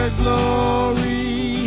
glory